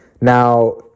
Now